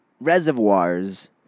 reservoirs